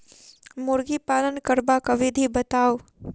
मुर्गी पालन करबाक विधि बताऊ?